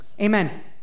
amen